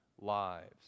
lives